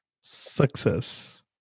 success